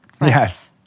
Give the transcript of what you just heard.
Yes